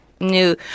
new